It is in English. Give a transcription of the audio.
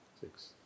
six